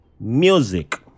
music